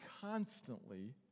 constantly